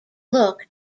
looked